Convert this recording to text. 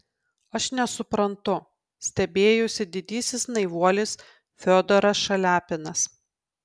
aš nesuprantu stebėjosi didysis naivuolis fiodoras šaliapinas